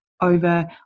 over